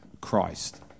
Christ